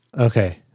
Okay